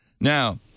Now